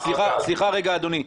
שנייה, סליחה רגע אדוני.